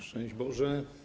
Szczęść Boże!